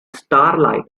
starlight